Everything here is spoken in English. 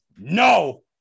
No